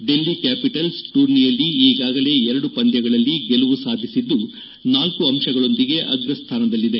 Delhi capitals ಟೂರ್ನಿಯಲ್ಲಿ ಈಗಾಗಲೇ ಎರಡು ಪಂದ್ಯಗಳಲ್ಲಿ ಗೆಲುವು ಸಾಧಿಸಿದ್ದು ನಾಲ್ಕು ಅಂಶಗಳೊಂದಿಗೆ ಅಗ್ರಸ್ಥಾನ ಸ್ಥಾನದಲ್ಲಿದೆ